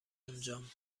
اونجام